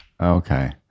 okay